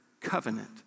covenant